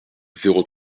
zéro